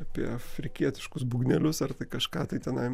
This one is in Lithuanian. apie afrikietiškus būgnelius ar tai kažką tai tenai